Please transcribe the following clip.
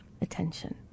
attention